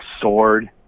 sword